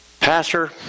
pastor